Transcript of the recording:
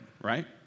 right